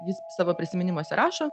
jis savo prisiminimuose rašo